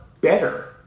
better